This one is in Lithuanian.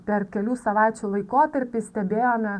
per kelių savaičių laikotarpį stebėjome